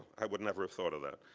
i would never have thought of that.